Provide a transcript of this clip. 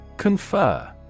Confer